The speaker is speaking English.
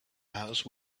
house